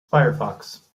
firefox